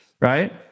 right